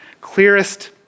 clearest